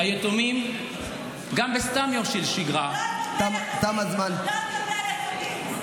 היתומים גם בסתם יום של שגרה -- לא על גבי היתומים,